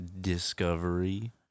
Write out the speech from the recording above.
discovery